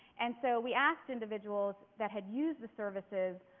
and so we asked individuals that had used the services,